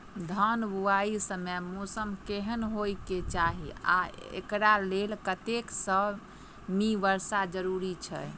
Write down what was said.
धान बुआई समय मौसम केहन होइ केँ चाहि आ एकरा लेल कतेक सँ मी वर्षा जरूरी छै?